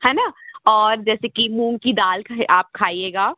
है ना और जैसे कि मूँग की दाल आप खाइएगा